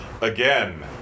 Again